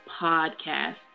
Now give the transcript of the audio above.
podcast